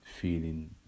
feeling